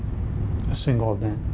a single event.